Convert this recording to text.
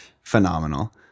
Phenomenal